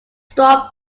straw